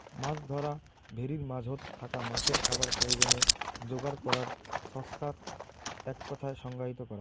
মাছ ধরা ভেরির মাঝোত থাকা মাছের খাবার প্রয়োজনে যোগার করার ছচকাক এককথায় সংজ্ঞায়িত করা